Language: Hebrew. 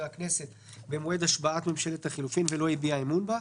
הכנסת במועד השבעת ממשלת החילופים ולא הביע אמון בה,